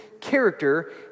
character